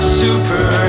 super